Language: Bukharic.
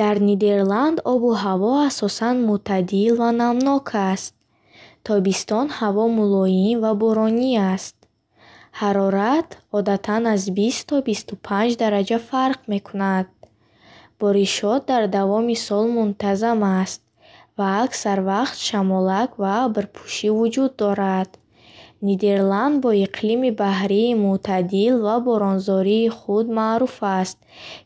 Дар Нидерланд обу ҳаво асосан мӯътадил ва намнок аст. Тобистон ҳаво мулоим ва боронӣ аст, ҳарорат одатан аз бист то бисту панҷ дараҷа фарқ мекунад. Боришот дар тамоми сол мунтазам аст, ва аксар вақт шамолак ва абрпӯшӣ вуҷуд дорад. Нидерланд бо иқлими баҳрии мӯътадил ва боронзори худ маъруф аст,